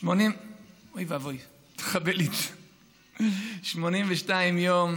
אוי ואבוי, תכבה לי את זה: 82 יום